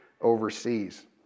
overseas